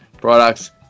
products